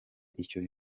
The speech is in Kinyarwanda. icyo